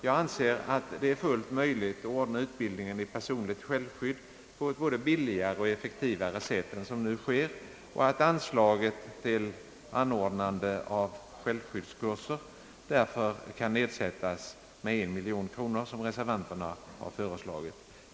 Jag anser att det är fullt möjligt att ordna utbildningen i personligt självskydd på ett både billigare och effektivare sätt än som nu sker och att anslaget till anordnande av självskyddskurser därför kan nedsättas med en miljon kronor såsom reservanterna föreslagit.